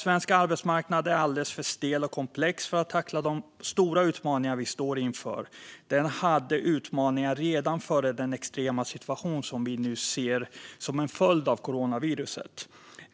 Svensk arbetsmarknad är alldeles för stel och komplex för att tackla de stora utmaningar vi står inför. Den hade utmaningar redan före den extrema situation som vi nu ser som en följd av coronaviruset.